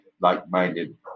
like-minded